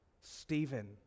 Stephen